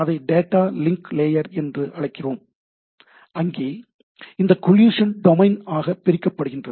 அதை data link layer என்று அழைக்கிறோம் அங்கே இந்த கோலிசன் டொமைன் ஆனது பிரிக்கப்படுகின்றது